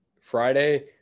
friday